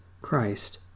Christ